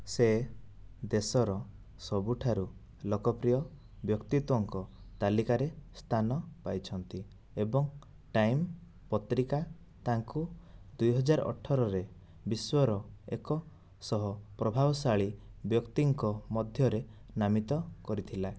ସେ ଦେଶର ସବୁଠାରୁ ଲୋକପ୍ରିୟ ବ୍ୟକ୍ତିତ୍ୱଙ୍କ ତାଲିକାରେ ସ୍ଥାନ ପାଇଛନ୍ତି ଏବଂ 'ଟାଇମ୍ସ୍' ପତ୍ରିକା ତାଙ୍କୁ ଦୁଇ ହଜାର ଅଠର ରେ ବିଶ୍ୱର ଏକ ଶହ ପ୍ରଭାବଶାଳୀ ବ୍ୟକ୍ତିଙ୍କ ମଧ୍ୟରେ ନାମିତ କରିଥିଲା